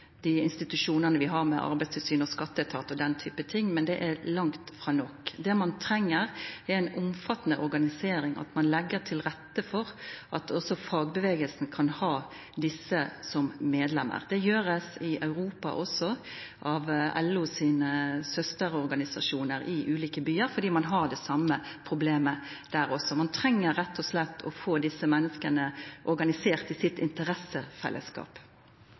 institusjonane vi har – Arbeidstilsynet, skatteetaten og den typen ting – men det er langt frå nok. Det ein treng, er ei omfattande organisering og at ein legg til rette for at også fagrørsla kan ha desse som medlemer. Det blir gjort elles i Europa av LO sine søsterorganisasjonar i ulike byar, for ein har det same problemet der også. Ein treng rett og slett å få desse menneska organisert i sitt interessefellesskap.